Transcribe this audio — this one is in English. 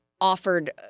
offered